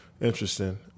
interesting